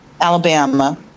Alabama